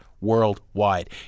worldwide